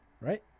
Right